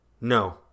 No